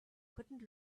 couldn’t